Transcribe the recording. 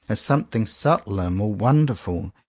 is some thing subtler, more wonderful,